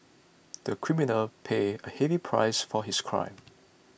the criminal paid a heavy price for his crime